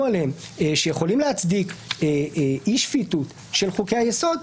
עליהם שיכולים להצדיק אי שפיטות של חוקי היסוד,